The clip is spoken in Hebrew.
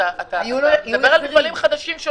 אתה מדבר על מפעלים חדשים.